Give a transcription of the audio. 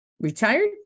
retired